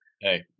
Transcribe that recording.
Hey